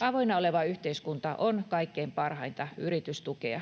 Avoinna oleva yhteiskunta on kaikkein parhainta yritystukea.